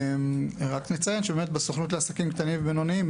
רק נציין שבסוכנות לעסקים קטנים ובינוניים